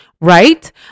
Right